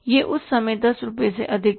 यह उस समय 10 रुपये से अधिक था